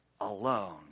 alone